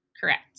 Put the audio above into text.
correct